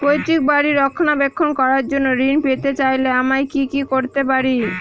পৈত্রিক বাড়ির রক্ষণাবেক্ষণ করার জন্য ঋণ পেতে চাইলে আমায় কি কী করতে পারি?